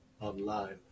online